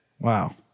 Wow